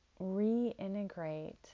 reintegrate